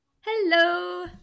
Hello